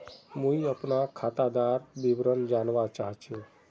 मुई अपना खातादार विवरण जानवा चाहची?